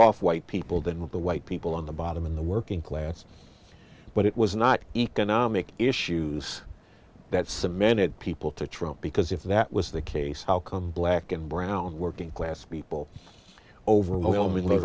off white people than with the white people on the bottom in the working class but it was not economic issues that cemented people to trump because if that was the case how come black and brown working class people overwhelmingly